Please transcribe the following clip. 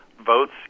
votes